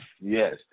yes